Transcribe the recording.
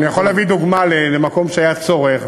אני יכול להביא דוגמה למקום שהיה צורך,